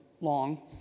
long